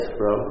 bro